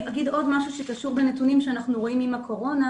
אגיד עוד משהו שקשור בנתונים שאנחנו רואים עם הקורונה,